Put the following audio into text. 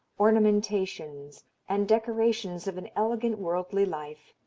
ornamentations and decorations of an elegant worldly life,